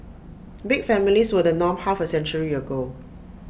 big families were the norm half A century ago